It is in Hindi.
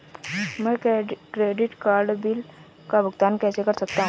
मैं क्रेडिट कार्ड बिल का भुगतान कैसे कर सकता हूं?